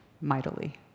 mightily